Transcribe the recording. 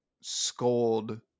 scold